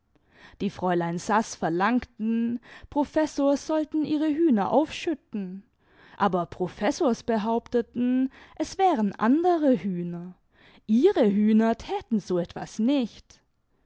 die fräulein saß verlangten professors sollten ihre hühner aufschütten aber professors behaupteten es wären andere hühner ihre hühner täten so etwas nicht